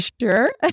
sure